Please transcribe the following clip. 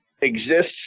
exists